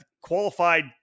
qualified